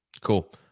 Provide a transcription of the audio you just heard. Cool